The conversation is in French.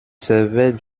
servait